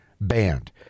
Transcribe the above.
banned